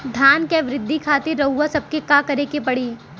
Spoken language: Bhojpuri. धान क वृद्धि खातिर रउआ सबके का करे के पड़ी?